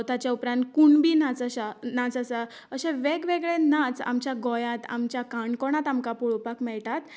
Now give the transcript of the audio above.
ताचे उपरांत कुणबी नाच आशा नाच आसा अशें वेगवेगळे नाच आमच्या गोयांत आमच्या काणकोणांत आमकां पळोवपाक मेळटात